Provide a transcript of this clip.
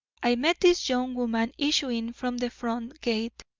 i met this young woman issuing from the front gate.